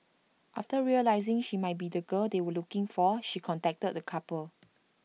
after realising she might be the girl they were looking for she contacted the couple